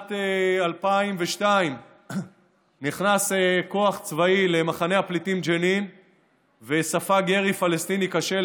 בשנת 2002 נכנס כוח צבאי למחנה הפליטים ג'נין וספג ירי פלסטיני קשה.